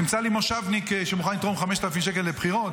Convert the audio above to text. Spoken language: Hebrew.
תמצא לי מושבניק שמוכן לתרום 5,000 שקל לבחירות.